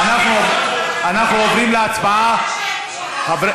אנחנו עוברים להצבעה.